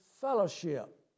fellowship